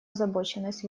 озабоченность